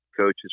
coaches